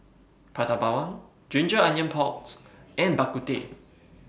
Prata Bawang Ginger Onions Pork and Bak Kut Teh